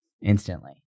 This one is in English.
instantly